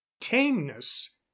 tameness